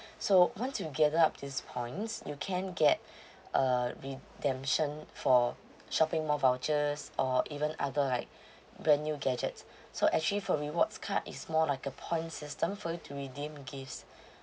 so once you gather up this points you can get a redemption for shopping mall vouchers or even other like brand new gadgets so actually for rewards card is more like a point system for you to redeem gifts